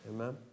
Amen